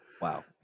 Wow